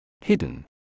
Hidden